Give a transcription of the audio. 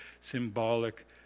symbolic